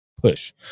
push